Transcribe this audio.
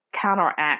counteract